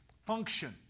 function